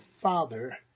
father